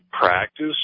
practice